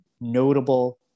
notable